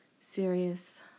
serious